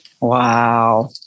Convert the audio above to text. Wow